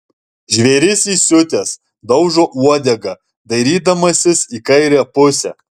žvėris įsiutęs daužo uodega dairydamasis į kairę pusę